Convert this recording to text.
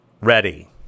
ready